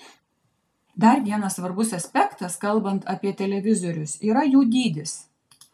dar vienas svarbus aspektas kalbant apie televizorius yra jų dydis